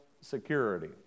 security